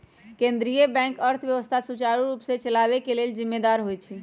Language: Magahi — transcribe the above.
केंद्रीय बैंक अर्थव्यवस्था सुचारू रूप से चलाबे के लेल जिम्मेदार होइ छइ